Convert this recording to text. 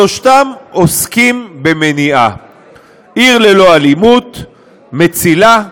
שלושתם עוסקים במניעה: "עיר ללא אלימות", "מצילה"